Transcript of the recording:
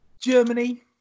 Germany